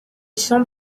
chante